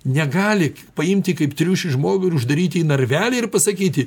negali paimti kaip triušis žmogų ir uždaryti į narvelį ir pasakyti